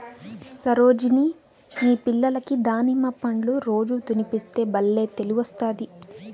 సరోజిని మీ పిల్లలకి దానిమ్మ పండ్లు రోజూ తినిపిస్తే బల్లే తెలివొస్తాది